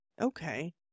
okay